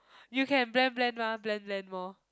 you can blend blend mah blend blend more